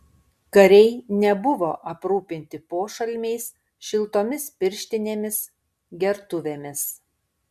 kariai nebuvo aprūpinti pošalmiais šiltomis pirštinėmis gertuvėmis